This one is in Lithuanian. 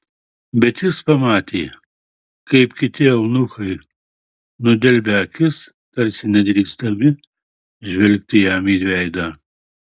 bet jis pamatė kaip kiti eunuchai nudelbia akis tarsi nedrįsdami žvelgti jam į veidą